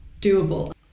doable